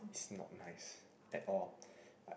it's not nice at all